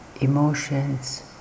emotions